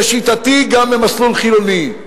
לשיטתי גם במסלול חילוני,